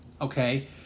Okay